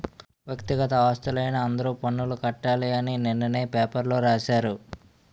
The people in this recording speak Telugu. వ్యక్తిగత ఆస్తులైన అందరూ పన్నులు కట్టాలి అని నిన్ననే పేపర్లో రాశారు